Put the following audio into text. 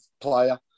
player